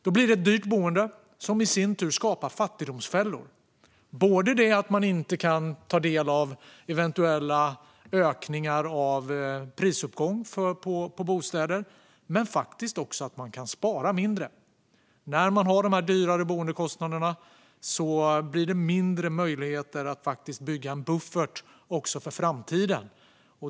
Då blir det ett dyrt boende som i sin tur skapar fattigdomsfällor, både för att man inte kan ta del av eventuella ökningar av prisuppgång på bostäder och att man faktiskt kan spara mindre. När man har de här högre boendekostnaderna blir det mindre möjligheter att bygga en buffert för framtiden.